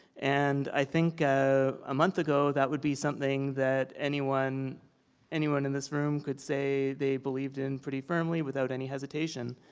and i think, a ah month ago, that would be something that anyone anyone in this room could say they believed in pretty firmly, without any hesitation.